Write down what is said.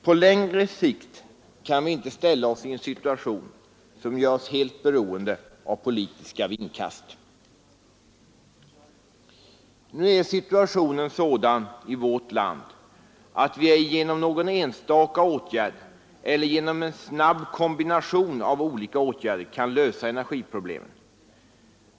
På längre sikt kan vi inte ställa oss i en situation som gör oss helt beroende av politiska vindkast. Nu är situationen i vårt land sådan att vi ej genom någon enstaka åtgärd eller genom en snabb kombination av olika åtgärder kan lösa energiproblemen.